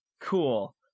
Cool